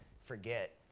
forget